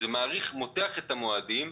זה מותח את המועדים.